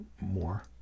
more